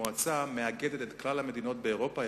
מאגדת את כלל המדינות באירופה.